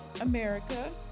America